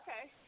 Okay